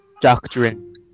doctrine